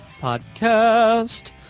Podcast